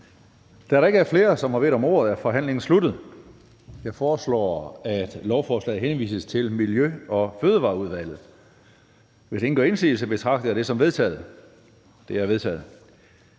Da der ikke er flere, som har bedt om ordet, er forhandlingen sluttet. Jeg foreslår, at lovforslaget henvises til Miljø- og Fødevareudvalget. Hvis ingen gør indsigelse, betragter jeg dette som vedtaget. Det er vedtaget.